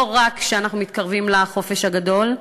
לא רק כשאנחנו מתקרבים לחופש הגדול,